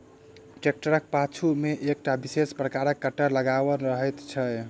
ट्रेक्टरक पाछू मे एकटा विशेष प्रकारक कटर लगाओल रहैत छै